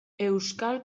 euskal